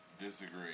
Disagree